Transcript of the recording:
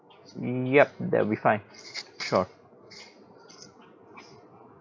mm ya that will be fine sure